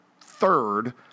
third